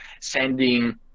sending